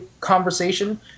conversation